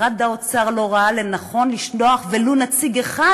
משרד האוצר לא ראה לנכון לשלוח ולו נציג אחד,